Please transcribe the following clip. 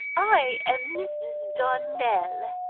i am mrs. donnell.